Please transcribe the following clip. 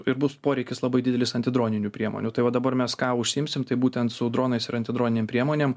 ir bus poreikis labai didelis antidroninių priemonių tai va dabar mes ką užsiimsim taip būtent su dronais ir antidroninėm priemonėm